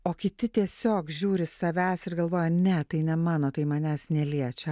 o kiti tiesiog žiūri savęs ir galvoja ne tai ne mano tai manęs neliečia